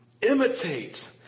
Imitate